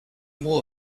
more